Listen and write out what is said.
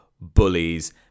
bullies